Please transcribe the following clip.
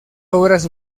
obras